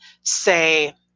say